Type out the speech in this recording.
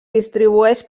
distribueix